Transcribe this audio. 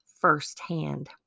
firsthand